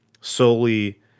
solely